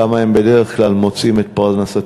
שם הם בדרך כלל מוצאים את פרנסתם.